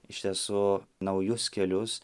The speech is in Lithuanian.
iš tiesų naujus kelius